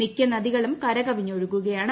മിക്ക നദികളും കരകവിഞ്ഞ് ഒഴുകുകയാണ്